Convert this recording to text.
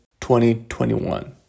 2021